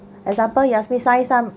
example he ask me sign some